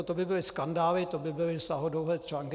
To by byly skandály, to by byly sáhodlouhé články.